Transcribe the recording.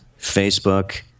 Facebook